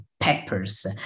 peppers